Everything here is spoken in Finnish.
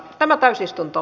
tämä täysistunto